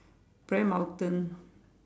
prayer mountain